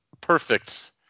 perfect